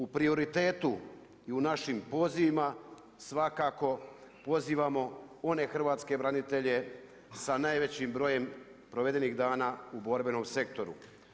U prioritetu i u našim pozivima, svakako, pozivamo, one hrvatske branitelje, sa najvećim borjem provedenih dana u borbenom sektoru.